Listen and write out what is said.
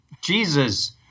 Jesus